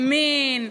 ימין,